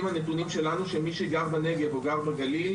מנתונים שלנו שמי שגר בנגב או בגליל,